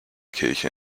kirche